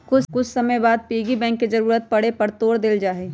कुछ समय के बाद पिग्गी बैंक के जरूरत पड़े पर तोड देवल जाहई